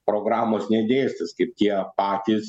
programos nedėstys kaip tie patys